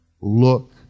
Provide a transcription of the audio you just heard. Look